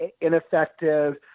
ineffective